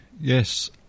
Yes